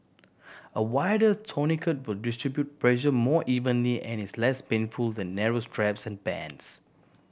a wider tourniquet will distribute pressure more evenly and is less painful than narrow straps and bands